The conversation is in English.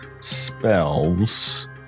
spells